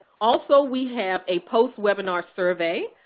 also, we have a post-webinar survey.